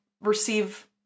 receive